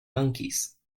monkeys